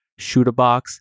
Shootabox